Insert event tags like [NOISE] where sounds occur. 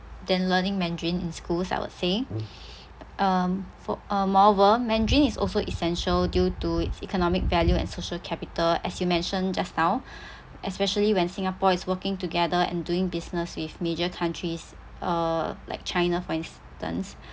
than learning mandarin in schools I would say [BREATH] um for uh moreover mandarin is also essential due to its economic value and social capital as you mention just now [BREATH] especially when singapore is working together and doing business with major countries uh like china for instance